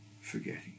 forgetting